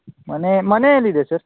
ಮನೆ ಮನೆ ಎಲ್ಲಿದೆ ಸರ್